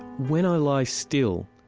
when i lie still,